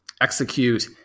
execute